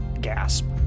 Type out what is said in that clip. gasp